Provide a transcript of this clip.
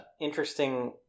interesting